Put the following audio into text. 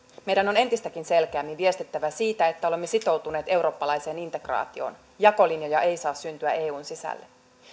meidän on entistäkin selkeämmin viestittävä siitä että olemme sitoutuneet eurooppalaiseen integraatioon jakolinjoja ei saa syntyä eun sisällä